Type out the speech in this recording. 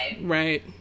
right